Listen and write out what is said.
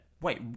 Wait